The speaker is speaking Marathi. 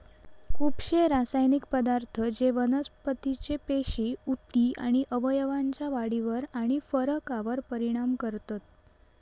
खुपशे रासायनिक पदार्थ जे वनस्पतीचे पेशी, उती आणि अवयवांच्या वाढीवर आणि फरकावर परिणाम करतत